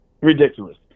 ridiculous